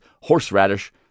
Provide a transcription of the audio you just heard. horseradish